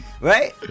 Right